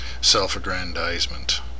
self-aggrandizement